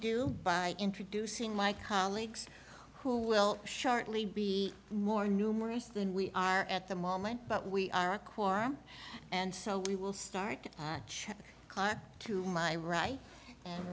do by introducing my colleagues who will shortly be more numerous than we are at the moment but we are a core and so we will start to my right and